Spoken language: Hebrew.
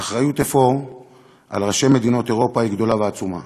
האחריות על ראשי מדינות אירופה היא אפוא גדולה ועצומה.